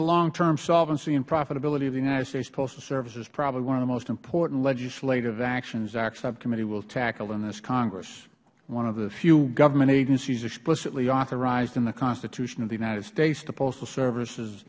the long term solvency and profitability of the united states postal service is probably one of the most important legislative actions our subcommittee will tackle in this congress one of the few government agencies explicitly authorized in the constitution of the united states the postal services